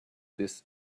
this